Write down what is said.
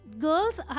girls